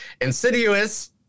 Insidious